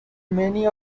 many